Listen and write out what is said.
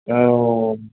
औ